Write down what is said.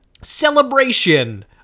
celebration